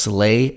Slay